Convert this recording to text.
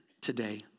today